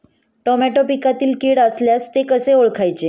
Tomato पिकातील कीड असल्यास ते कसे ओळखायचे?